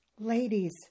Ladies